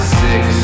six